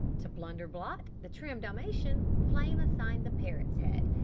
to blunder-blot, the trim dalmatian, flame assigned the parrot's head,